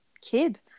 kid